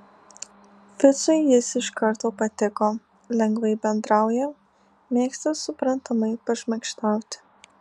ficui jis iš karto patiko lengvai bendrauja mėgsta suprantamai pašmaikštauti